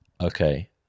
okay